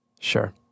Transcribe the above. Sure